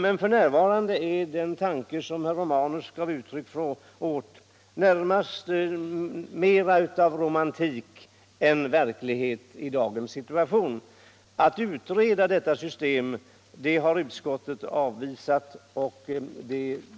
Men f.n. — i dagens situation — är den tanke som herr Romanus gav uttryck åt närmast mer romantisk än verklig. Begäran om utredning av detta system har utskottet avvisat, och jag